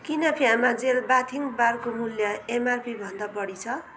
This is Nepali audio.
किन फियामा जेल बाथिङ बारको मूल्य एमआरपी भन्दा बढी छ